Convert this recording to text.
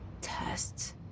Tests